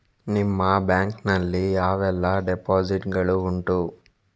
ನಿಮ್ಮ ಬ್ಯಾಂಕ್ ನಲ್ಲಿ ಯಾವೆಲ್ಲ ಡೆಪೋಸಿಟ್ ಗಳು ಉಂಟು?